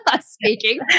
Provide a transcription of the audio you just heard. speaking